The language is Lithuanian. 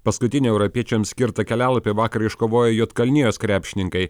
paskutinę europiečiams skirtą kelialapį vakar iškovojo juodkalnijos krepšininkai